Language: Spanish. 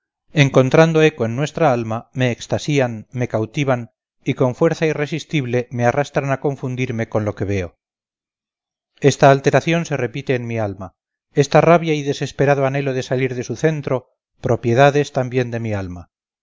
encontrando eco en nuestra alma me extasían me cautivan y con fuerza irresistible me arrastran a confundirme con lo que veo esta alteración se repite en mi alma esta rabia y desesperado anhelo de salir de su centro propiedad es también de mi alma